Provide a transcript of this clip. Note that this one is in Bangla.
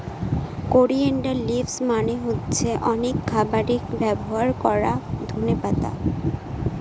করিয়েনডার লিভস মানে হচ্ছে অনেক খাবারে ব্যবহার করা ধনে পাতা